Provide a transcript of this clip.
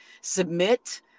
submit